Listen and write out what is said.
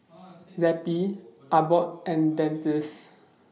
Zappy Abbott and Dentiste